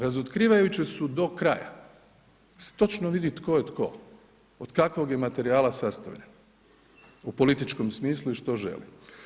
Razotkrivajuće su do kraja, tu se točno vidi tko je tko, od kakvog je materijala sastavljen u političkom smislu i što želi.